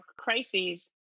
crises